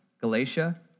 Galatia